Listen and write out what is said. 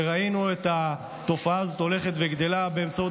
כשראינו את התופעה הזאת הולכת וגדלה באמצעות